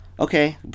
Okay